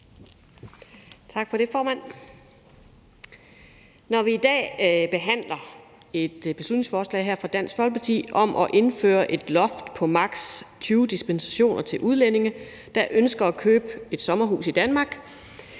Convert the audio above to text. Når vi i dag behandler et beslutningsforslag fra Dansk Folkeparti om at indføre et loft på maks. 20 dispensationer til udlændinge, der ønsker at købe et sommerhus i Danmark,